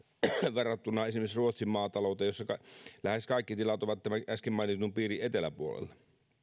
verrattuna esimerkiksi ruotsin maatalouteen jossa lähes kaikki tilat ovat tämän äsken mainitun piirin eteläpuolella